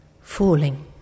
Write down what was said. Falling